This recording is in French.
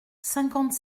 cinquante